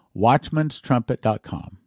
Watchmanstrumpet.com